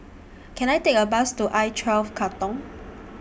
Can I Take A Bus to I twelve Katong